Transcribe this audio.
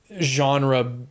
genre